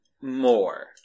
more